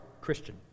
Christian